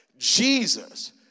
Jesus